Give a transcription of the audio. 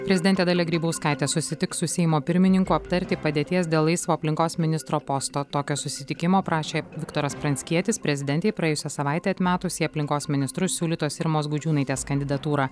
prezidentė dalia grybauskaitė susitiks su seimo pirmininku aptarti padėties dėl laisvo aplinkos ministro posto tokio susitikimo prašė viktoras pranckietis prezidentei praėjusią savaitę atmetus į aplinkos ministrus siūlytos irmos gudžiūnaitės kandidatūrą